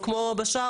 או כמו בשארה.